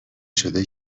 شده